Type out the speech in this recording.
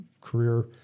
career